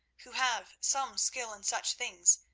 who have some skill in such things,